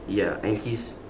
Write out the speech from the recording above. ya and he's